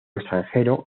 extranjero